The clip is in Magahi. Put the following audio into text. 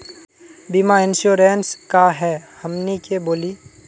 बीमा इंश्योरेंस का है हमनी के बोली?